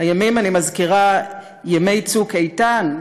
הימים, אני מזכירה, ימי "צוק איתן"